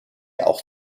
auch